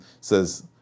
says